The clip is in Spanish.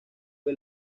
fue